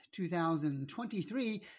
2023